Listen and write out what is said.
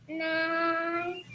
nine